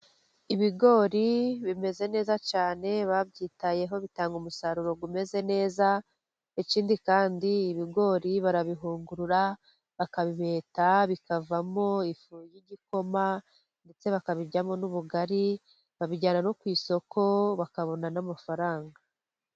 Ibigori bimeze neza cyane babyitayeho bitanga umusaruro umeze neza, ikindi kandi ibigori barabihungura bakabibeta bikavamo ifu y'igikoma, ndetse bakabiryamo n'ubugari. Babijyana no ku isoko bakabona n'amafaranga.